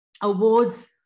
awards